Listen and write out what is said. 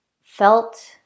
felt